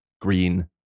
green